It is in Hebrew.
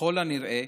ככל הנראה